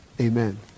Amen